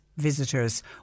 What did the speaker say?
visitors